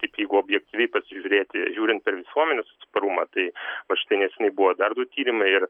taip jeigu objektyviai pasižiūrėti žiūrint per visuomenės atsparumą tai va štai nesenai buvo dar du tyrimai ir